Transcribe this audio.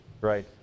Right